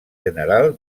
general